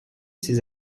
ses